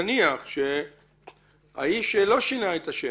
נניח שהאיש לא שינה את השם,